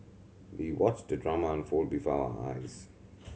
we watched the drama unfold before our eyes